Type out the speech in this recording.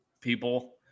people